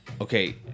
Okay